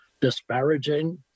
disparaging